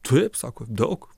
taip sako daug